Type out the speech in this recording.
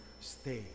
stay